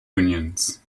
unions